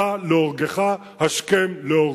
הבא להורגך השכם להורגו.